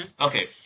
Okay